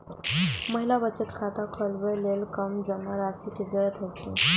महिला बचत खाता खोलबै लेल कम जमा राशि के जरूरत होइ छै